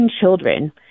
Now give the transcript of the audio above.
children